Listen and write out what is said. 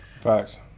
facts